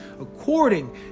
according